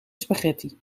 spaghetti